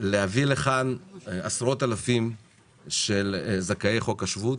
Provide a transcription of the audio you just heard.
להביא לכאן עשרות אלפים של זכאי חוק השבות,